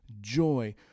joy